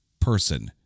person